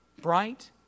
Bright